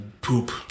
poop